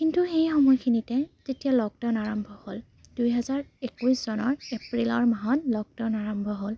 কিন্তু সেই সময়খিনিতে তেতিয়া লকডাউন আৰম্ভ হ'ল দুহেজাৰ একৈছ চনৰ এপ্ৰিলৰ মাহত লকডাউন আৰম্ভ হ'ল